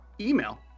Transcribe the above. email